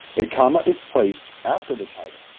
a comma is placed after the title.